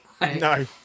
No